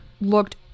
looked